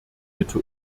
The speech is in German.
bitte